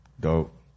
Dope